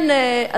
כן,